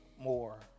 more